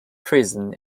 treason